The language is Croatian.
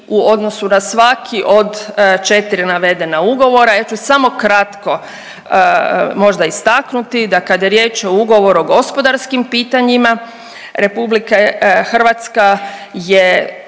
u odnosu na svaki od 4 navedena ugovora. Ja ću samo kratko možda istaknuti da kada je riječ o ugovoru o gospodarskim pitanjima RH je